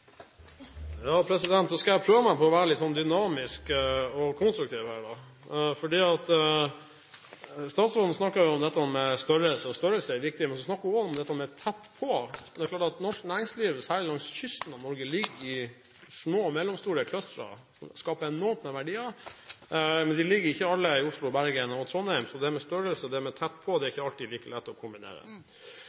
om dette med å være tett på. Det er klart at norsk næringsliv, særlig langs kysten, ligger i små og mellomstore clustere og skaper enormt med verdier. Men de ligger ikke alle i Oslo, Bergen og Trondheim, så det med størrelse og tett på er ikke alltid like lett å kombinere.